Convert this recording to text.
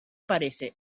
parece